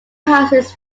passes